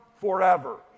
forever